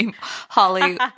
Holly